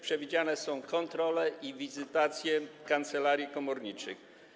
Przewidziane są kontrole i wizytacje kancelarii komorniczych.